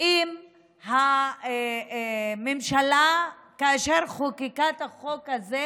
אם כשהממשלה חוקקה את החוק הזה,